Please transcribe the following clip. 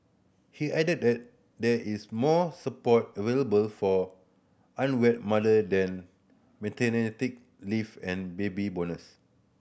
he added that there is more support available for unwed mother than maternity leave and baby bonuse